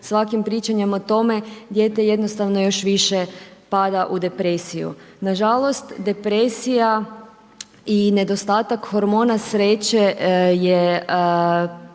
svakim pričanjem o tome dijete jednostavno još više pada u depresiju. Nažalost depresija i nedostatak hormona sreće je